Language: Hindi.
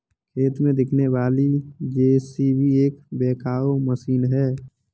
खेत में दिखने वाली जे.सी.बी एक बैकहो मशीन है